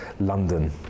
London